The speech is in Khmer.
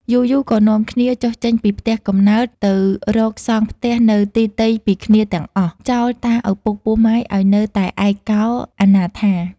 យូរៗក៏នាំគ្នាចុះចេញពីផ្ទះកំណើត ទៅរកសង់ផ្ទះនៅទីទៃពីគ្នាទាំងអស់ ចោលតាឪពុកពោះម៉ាយឱ្យនៅតែឯកោអនាថា។